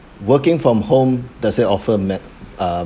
working from home does that offer mat~ uh